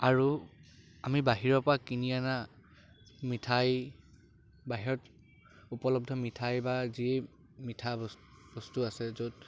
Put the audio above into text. আৰু আমি বাহিৰৰ পৰা কিনি অনা মিঠাই বাহিৰত উপলব্ধ মিঠাই বা যি মিঠা বস্তু আছে য'ত